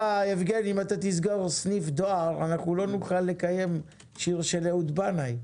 אם אתה תסגור סניף דואר אנחנו לא נוכל לקבל את השיר של אהוד בנאי: